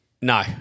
No